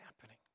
happening